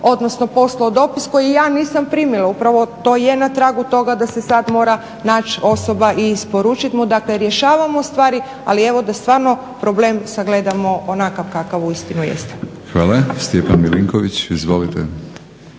odnosno poslao dopis koji ja nisam primila, upravo to je na tragu toga da se sad mora naći osoba i isporučiti mu, dakle rješavamo stvari, ali evo da stvarno problem sagledamo onakav kakav uistinu jest. **Batinić, Milorad